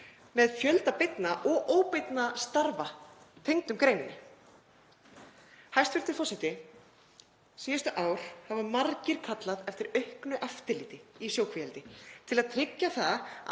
með fjölda beinna og óbeinna starfa tengdum greininni. Hæstv. forseti. Síðustu ár hafa margir kallað eftir auknu eftirliti í sjókvíaeldi til að tryggja að